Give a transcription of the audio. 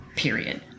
period